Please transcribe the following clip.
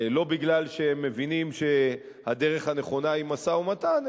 לא מפני שהם מבינים שהדרך הנכונה היא משא-ומתן,